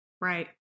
Right